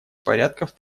порядков